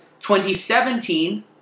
2017